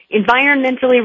Environmentally